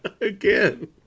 again